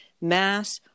Mass